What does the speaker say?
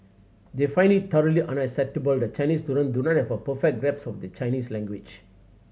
they find it thoroughly unacceptable that Chinese student do not have a perfect grasp of the Chinese language